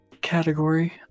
category